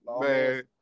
Man